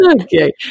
Okay